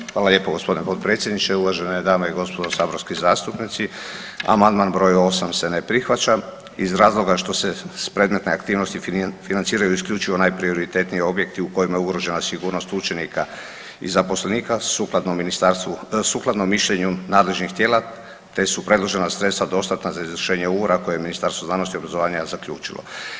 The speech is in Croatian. Evo, hvala lijepo gospodine potpredsjedniče, uvažene dame i gospodo saborski zastupnici, amandman broj 8 se ne prihvaća iz razloga što se iz predmetne aktivnosti financiraju isključivo najprioritetniji objekti kojima je ugrožena sigurnost učenika i zaposlenika sukladno mišljenju nadležnih tijela, te su predložena sredstva dostatna za izvršenje ugovora koje je Ministarstvo znanosti i obrazovanja zaključilo.